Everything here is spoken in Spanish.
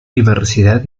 diversidad